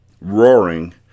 Roaring